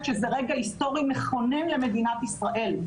שזה רגע היסטורי מכונן למדינת ישראל,